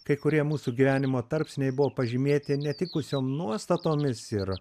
kai kurie mūsų gyvenimo tarpsniai buvo pažymėti netikusiom nuostatomis ir